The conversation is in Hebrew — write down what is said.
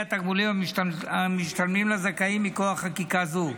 התגמולים המשתלמים לזכאים מכוח חקיקה זו.